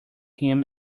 him